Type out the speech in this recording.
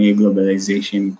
globalization